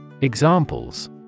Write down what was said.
Examples